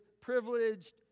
privileged